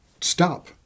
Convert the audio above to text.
stop